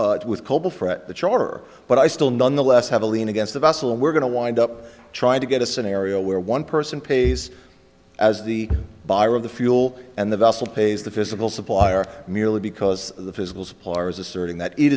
fret the charter but i still nonetheless have a lien against the vessel and we're going to wind up trying to get a scenario where one person pays as the buyer of the fuel and the vessel pays the physical supplier merely because the physical suppliers asserting that it